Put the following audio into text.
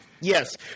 Yes